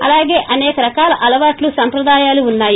అలాగే అనేక రకాల అలవాట్లు సంప్రదాయాలు ఉన్నాయి